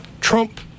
Trump